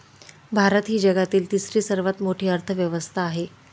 भारत ही जगातील तिसरी सर्वात मोठी अर्थव्यवस्था आहे